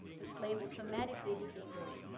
the slave automatically became free,